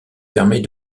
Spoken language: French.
permet